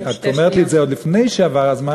את אומרת לי את זה עוד לפני שעבר הזמן,